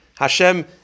Hashem